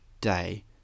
day